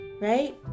right